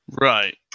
Right